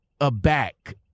aback